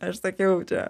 aš sakiau čia